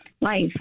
life